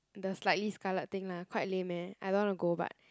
the slightly scarlet thing lah quite lame eh I don't want to go but